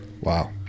Wow